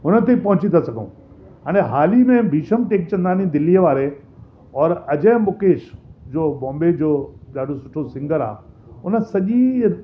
हुनते पहुची था सघूं अने हाल ही में भीषम टेकचंदानी दिल्लीअ वारे और अजय मुकेश जो बॉम्बे जो ॾाढो सुठो सिंगर आहे उन सॼी